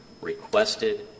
requested